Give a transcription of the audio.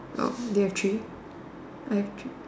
oh do you have three I have three